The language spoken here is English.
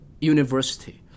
university